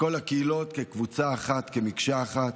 בכל הקהילות, כקבוצה אחת וכמקשה אחת.